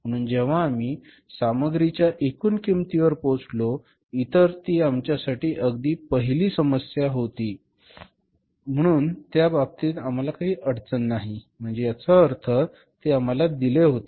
म्हणून जेव्हा आम्ही सामग्रीच्या एकूण किंमतीवर पोचलो कारण ती आमच्यासाठी अगदी पहिली समस्या होती म्हणून त्या बाबतीत आम्हाला काही अडचण नाही म्हणजे याचा अर्थ ते आम्हाला दिले होते